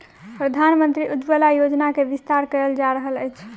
प्रधानमंत्री उज्ज्वला योजना के विस्तार कयल जा रहल अछि